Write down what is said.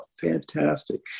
fantastic